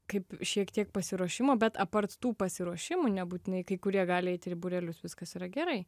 kaip šiek tiek pasiruošimo bet apart tų pasiruošimų nebūtinai kai kurie gali eit ir į būrelius viskas yra gerai